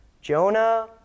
Jonah